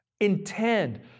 Intend